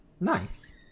Nice